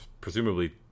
presumably